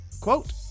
Quote